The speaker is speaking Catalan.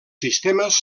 sistemes